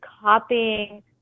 copying